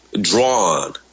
drawn